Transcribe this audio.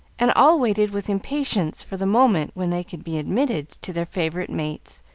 and all waited with impatience for the moment when they could be admitted to their favorite mates,